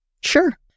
Sure